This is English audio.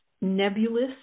nebulous